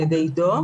על ידי עדו.